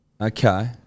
Okay